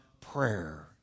prayer